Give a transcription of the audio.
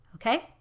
Okay